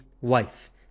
wife